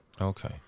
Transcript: Okay